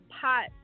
pot